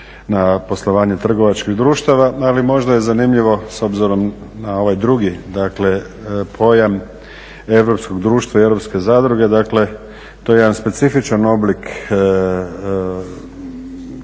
na poslovanje trgovačkih društava. Ali možda je zanimljivo s obzirom na ovaj drugi pojam europskog društva i europske zadruge. Dakle, to je jedan specifičan oblik tipa pravnog